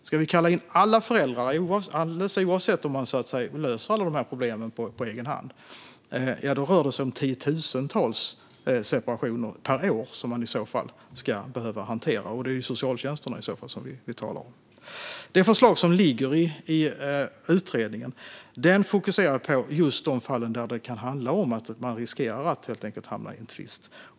Om vi ska kalla in alla föräldrar, alldeles oavsett om man löser alla problem på egen hand, rör det sig om tiotusentals separationer per år som vi behöver hantera - och det är i så fall socialtjänsterna vi talar om. Det förslag som finns i utredningen fokuserar på just de fall där man kan riskera att hamna i en tvist.